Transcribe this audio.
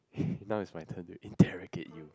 now is my turn to interrrogate you